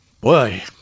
Boy